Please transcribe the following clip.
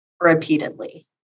repeatedly